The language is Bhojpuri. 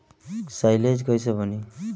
साईलेज कईसे बनी?